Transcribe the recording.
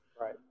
Right